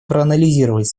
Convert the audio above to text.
проанализировать